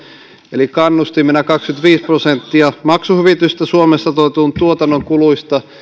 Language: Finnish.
eli kannustimena kaksikymmentäviisi prosenttia maksuhyvitystä suomessa toteutetun tuotannon kuluista ja